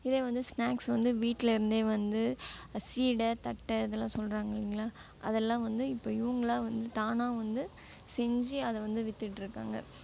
இதே வந்து ஸ்நாக்ஸ் வந்து வீட்டிலேருந்தே வந்து சீடை தட்டை இதெல்லாம் சொல்றாங்கன்னு வையுங்களேன் அதெல்லாம் வந்து இப்போது இவங்களா வந்து தானாக வந்து செஞ்சு அதை வந்து விற்றுட்ருக்காங்க